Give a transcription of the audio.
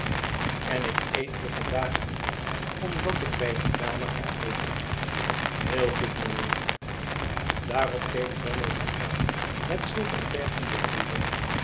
en ik eet hier vandaag niet omdat ik bij die dame ga eten heel goed mynheer daarop keek drummle mij aan met zulk een tergenden triomf